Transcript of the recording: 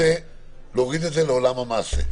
לעולם המעשה.